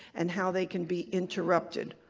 and how they can be interrupted.